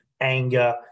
anger